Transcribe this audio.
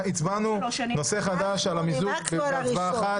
הצבענו נושא חדש על המיזוג בהצבעה אחת.